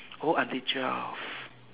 oh until twelve